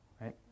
Right